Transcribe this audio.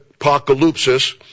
Apocalypse